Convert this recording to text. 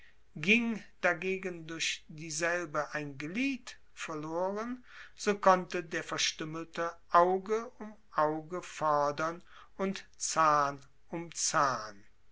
ging dagegen durch dieselbe ein glied verloren so konnte der verstuemmelte auge um auge fordern und zahn um zahn